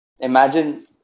Imagine